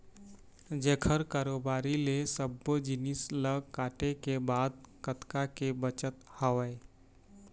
जेखर कारोबारी ले सब्बो जिनिस ल काटे के बाद कतका के बचत हवय